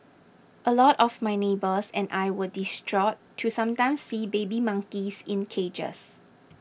a lot of my neighbours and I were distraught to sometimes see baby monkeys in cages